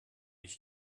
ich